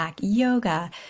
yoga